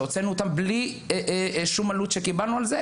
שהוצאנו אותם בלי שום עלות שקיבלנו על זה,